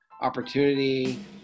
opportunity